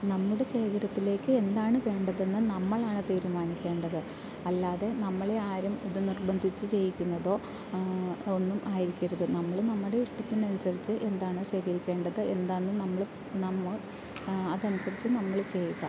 നമ്മുടെ ശേഖരത്തിലേക്ക് എന്താണ് വേണ്ടത് എന്ന് നമ്മളാണ് തീരുമാനിക്കേണ്ടത് അല്ലാതെ നമ്മളെ ആരും ഇത് നിർബന്ധിച്ച് ചെയ്യിക്കുന്നതോ ഒന്നും ആയിരിക്കരുത് നമ്മൾ നമ്മുടെ ഇഷ്ടത്തിന് അനുസരിച്ച് എന്താണോ ശേഖരിക്കേണ്ടത് എന്താന്ന് നമ്മൾ നമ്മൾ അതനുസരിച്ച് നമ്മൾ ചെയ്യുക